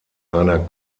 einer